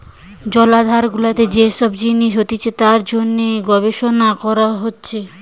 জলাধার গুলাতে যে সব জিনিস হতিছে তার জন্যে গবেষণা করা হতিছে